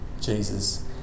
Jesus